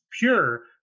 pure